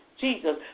Jesus